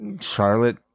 Charlotte